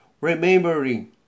Remembering